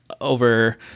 over